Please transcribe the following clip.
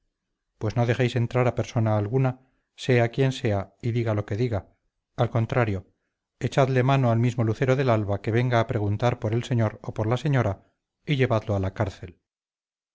pues no dejéis entrar a persona alguna sea quien sea y diga lo que diga al contrario echadle mano al mismo lucero del alba que venga a preguntar por el señor o por la señora y llevadlo a la cárcel